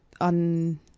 on